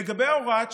לגבי הוראת שעה,